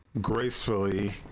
gracefully